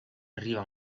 arriva